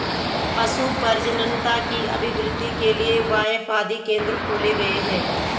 पशु प्रजननता की अभिवृद्धि के लिए बाएफ आदि केंद्र खोले गए हैं